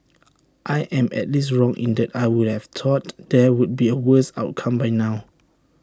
I am at least wrong in that I would have thought there would be A worse outcome by now